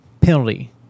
penalty